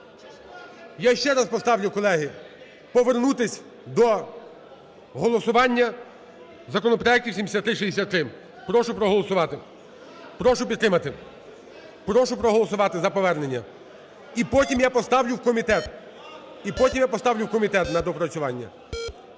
Я ще раз поставлю, колеги, повернутись до голосування законопроекту 7363. Прошу проголосувати, прошу підтримати. Прошу проголосувати за повернення. І потім я поставлю в комітет, і потім я поставлю в комітет на доопрацювання.